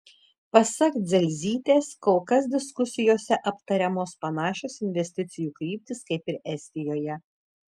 pasak dzelzytės kol kas diskusijose aptariamos panašios investicijų kryptys kaip ir estijoje